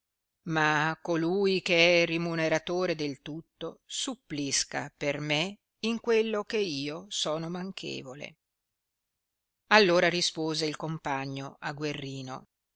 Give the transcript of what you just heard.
ma colui che è rimuneratore del tutto supplisca per me in quello che io sono manchevole allora rispose il compagno a guerrino